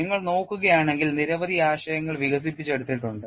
നിങ്ങൾ നോക്കുകയാണെങ്കിൽ നിരവധി ആശയങ്ങൾ വികസിപ്പിച്ചെടുത്തിട്ടുണ്ട്